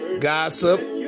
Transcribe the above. gossip